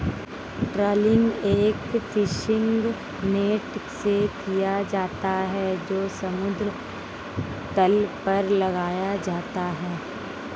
trawling एक fishing net से किया जाता है जो समुद्र तल पर लगाया जाता है